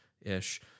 ish